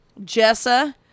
Jessa